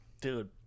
dude